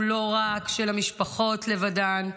הוא לא רק של המשפחות לבדן,